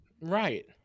right